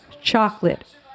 chocolate